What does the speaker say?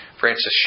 Francis